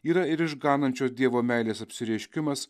yra ir išganančios dievo meilės apsireiškimas